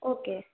okay